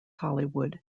hollywood